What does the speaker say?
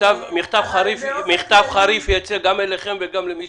מכתב חריף יצא אליכם ואל מי